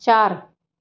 चारि